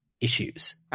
issues